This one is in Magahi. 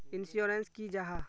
इंश्योरेंस की जाहा?